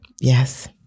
Yes